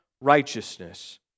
righteousness